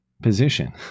position